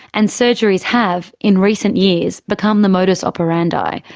and surgeries have in recent years become the modus operandi.